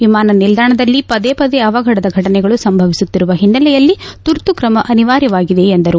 ವಿಮಾನ ನಿಲ್ದಾಣದಲ್ಲಿ ಪದೇ ಪದೇ ಅವಘಡದ ಘಟನೆಗಳು ಸಂಭವಿಸುತ್ತಿರುವ ಹಿನ್ನೆಲೆಯಲ್ಲಿ ತುರ್ತು ತ್ರಮ ಅನಿವಾರ್ಯವಾಗಿದೆ ಎಂದರು